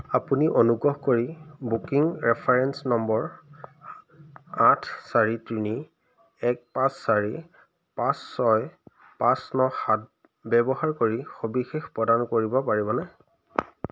আপুনি অনুগ্ৰহ কৰি বুকিং ৰেফাৰেন্স নম্বৰ আঠ চাৰি তিনি এক পাঁচ চাৰি পাঁচ ছয় পাঁচ ন সাত ব্যৱহাৰ কৰি সবিশেষ প্ৰদান কৰিব পাৰিবনে